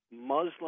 Muslim